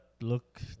look